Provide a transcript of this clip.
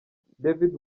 david